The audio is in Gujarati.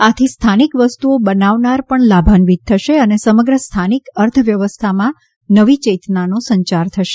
આથી સ્થાનિક વસ્તુઓ બનાવનાર પણ લાભાન્વિત થશે અને સમગ્ર સ્થાનિક અર્થવ્યવસ્થામાં નવી ચેતનાનો સંચાર થશે